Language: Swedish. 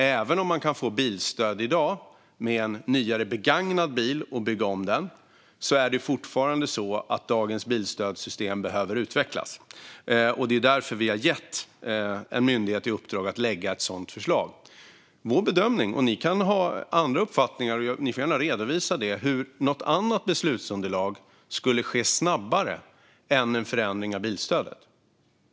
Även om man kan få bilstöd i dag med en nyare begagnad bil som man bygger om är det fortfarande så att dagens bilstödssystem behöver utvecklas. Det är därför vi har gett en myndighet i uppdrag att lägga fram ett sådant förslag. Det är vår bedömning. Ni kan ha andra uppfattningar som ni gärna får redovisa om hur detta skulle ske snabbare med något annat beslutsunderlag än en förändring av bilstödet.